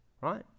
right